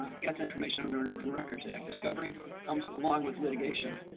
gets information under an open records act discovery comes along with litigation.